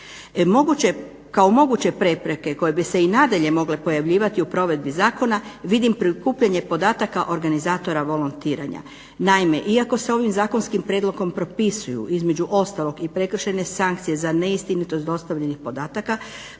Kao moguće prepreke koje bi se i nadalje mogle pojavljivati u provedbi zakona vidim prikupljanje podataka organizatora volontiranja. Naime, iako se ovim zakonskim prijedlogom propisuju između ostalog i prekršajne sankcije za neistinitost dostavljenih podataka